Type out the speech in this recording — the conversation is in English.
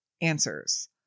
answers